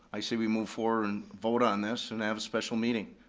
i say we move forward and vote on this, and have a special meeting.